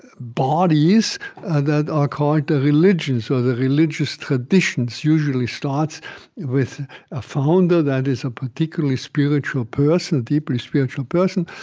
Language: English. bodies that are called the religions, or the religious traditions usually starts with a founder that is a particularly spiritual person, deeply spiritual person,